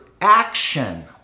action